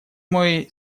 мой